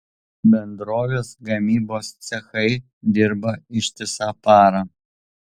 bendrovės gamybos cechai dirba ištisą parą